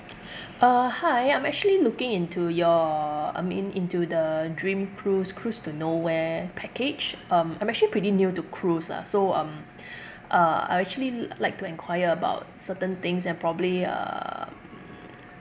uh hi I'm actually looking into your I mean into the dream cruise cruise to nowhere package um I'm actually pretty new to cruise lah so um uh I actually like to enquire about certain things and probably um